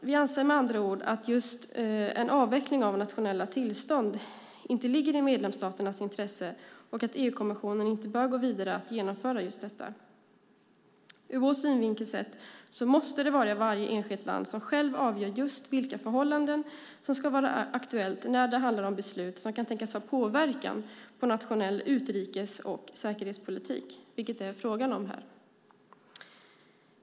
Vi anser med andra ord att en avveckling av nationella tillstånd inte ligger i medlemsstaternas intresse och att EU-kommissionen inte bör gå vidare med att genomföra just detta. Ur vår synvinkel sett måste det vara varje enskilt land som självt avgör just vilka förhållanden som ska vara aktuella när det handlar om beslut som kan tänkas ha påverkan på nationell utrikes och säkerhetspolitik, vilket det är fråga om här.